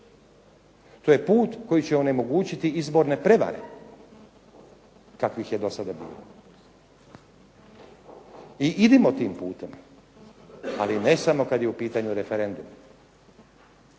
To je put koji će onemogućiti izborne prevare kakvih je do sada bilo. I idimo tim putem, ali ne samo kada je u pitanju referendum.